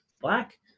black